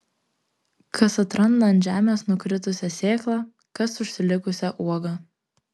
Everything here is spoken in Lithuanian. kas atranda ant žemės nukritusią sėklą kas užsilikusią uogą